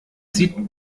sieht